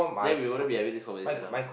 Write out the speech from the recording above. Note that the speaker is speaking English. then we wouldn't be having this conversation now